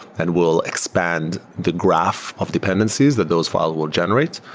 and we'll expand the graph of dependencies that those fi le will generate.